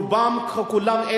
רובם ככולם,